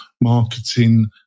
marketing